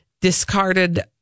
discarded